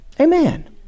Amen